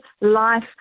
life